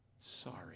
sorry